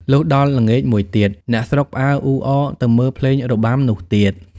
លុះដល់ល្ងាចមួយទៀត អ្នកស្រុកផ្អើល អ៊ូអរទៅមើលភ្លេងរបាំនោះទៀត